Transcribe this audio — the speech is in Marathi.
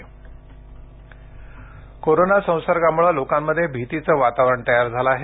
रमण गंगाखेडकर कोरोना संसर्गामुळे लोकांमध्ये भीतीचं वातावरण तयार झालं आहे